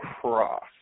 Cross